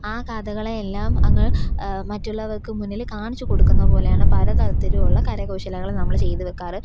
ആ കഥകളെയെല്ലാം അങ്ങ് മറ്റുള്ളവർക്ക് മുന്നിൽ കാണിച്ചു കൊടുക്കുന്ന പോലെയാണ് പല തരത്തിലുമുള്ള കരകൗശലങ്ങൾ നമ്മൾ ചെയ്തുവെക്കാറ്